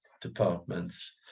departments